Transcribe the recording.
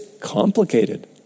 complicated